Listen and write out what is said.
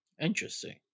Interesting